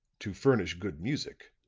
to furnish good music,